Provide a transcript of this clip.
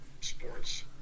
Sports